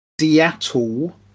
Seattle